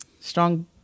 strong